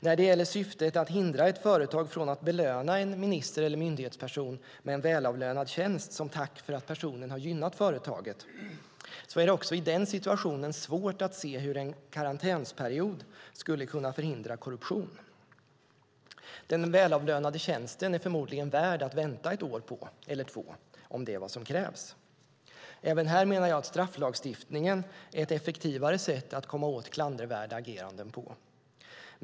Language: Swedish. När det gäller syftet att hindra ett företag från att belöna en minister eller myndighetsperson med en välavlönad tjänst som tack för att personen har gynnat företaget är det också i den situationen svårt att se hur en karantänsperiod skulle kunna förhindra korruption. Den välavlönade tjänsten är förmodligen värd att vänta ett år eller två på, om det är vad som krävs. Även här menar jag att strafflagstiftningen är ett effektivare sätt att komma åt klandervärda ageranden på.